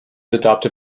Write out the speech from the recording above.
adopted